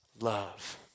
love